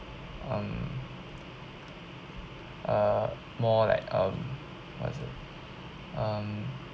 um uh more like um as um